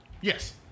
Yes